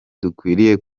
dukwiriye